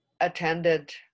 attended